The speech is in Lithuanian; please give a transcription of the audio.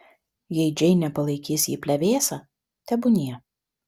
jei džeinė palaikys jį plevėsa tebūnie